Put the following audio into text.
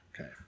Okay